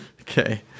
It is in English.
Okay